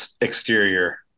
exterior